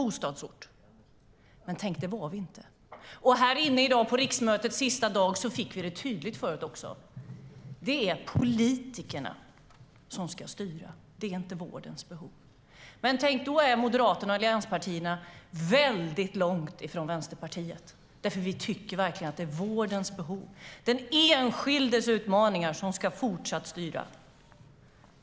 Men, tänk, det var vi inte. Här i dag, riksmötets sista dag, fick vi ett tydligt besked förut. Det är politikerna som ska styra. Det är inte vårdens behov. Då är Moderaterna och allianspartierna väldigt långt från Vänsterpartiet, för vi tycker verkligen att det är vårdens behov och den enskildes utmaningar som fortsatt ska styra.